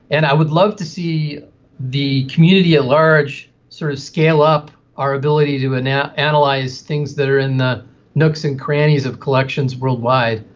and i would love to see the community at large sort of scale up our ability to and yeah and analyse things that are in the nooks and crannies of collections worldwide.